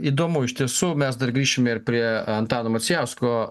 įdomu iš tiesų mes dar grįšime prie antano macijausko